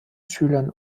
schülern